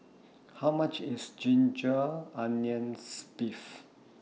How much IS Ginger Onions Beef